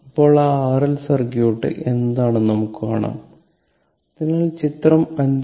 അപ്പോൾ ആ RL circuit എന്താണെന്ന് നമുക്ക് കാണാം അതിനാൽ ചിത്രം 5